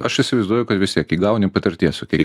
aš įsivaizduoju kad vis tiek įgauni patirties su kiek